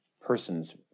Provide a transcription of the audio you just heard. persons